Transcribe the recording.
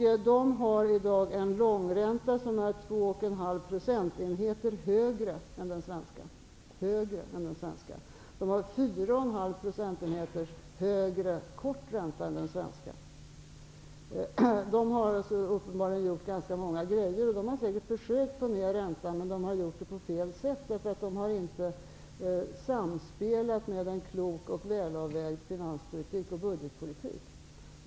Italien har i dag en lång ränta som är 2,5 procentenheter högre än den svenska och en kort ränta som är 4,5 procentenheter högre än den svenska. Man har där alltså uppenbarligen gjort ganska många saker och säkert försökt att få ner räntan men gjort det på fel sätt, därför att man inte haft ett samspel mellan en klok och välavvägd finanspolitik och budgetpolitik.